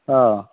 हा